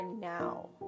now